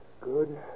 good